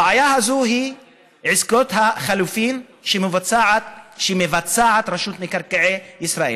הבעיה הזאת היא עסקות החליפין שמבצעת רשות מקרקעי ישראל.